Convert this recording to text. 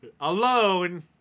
alone